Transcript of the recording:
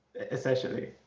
essentially